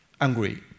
angry